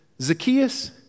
Zacchaeus